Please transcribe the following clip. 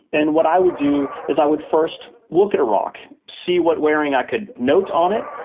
and what i would do is i would first look at a rock, see what wearing i could note on it.